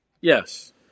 Yes